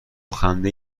خنده